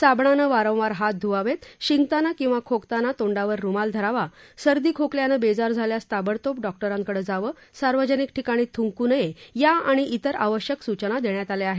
साबणानं वारंवार हात धुवावेत शिंकताना किंवा खोकताना तोंडावर रुमाल धरावा सर्दी खोकल्यानं बेजार झाल्यास ताबडतोब डॉक्टरांकडे जावं सार्वजनिक ठिकाणी थुंकू नये या आणि विर आवश्यक सूचना देण्यात आल्या आहेत